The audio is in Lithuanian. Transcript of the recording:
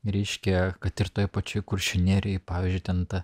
reiškia kad ir toje pačioje kuršių nerijoj pavyzdžiui ten ta